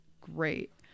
great